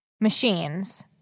machines